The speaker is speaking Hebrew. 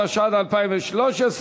התשע"ד 2013,